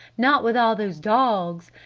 not with all those dogs.